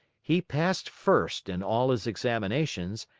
he passed first in all his examinations,